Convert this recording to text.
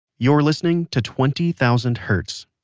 you're listening to twenty thousand hertz.